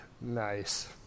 Nice